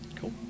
Cool